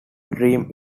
dream